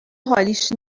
حالیش